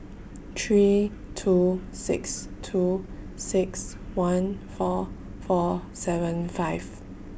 three two six two six one four four seven five